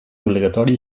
obligatori